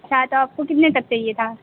अच्छा तो आपको कितने तक चाहिए था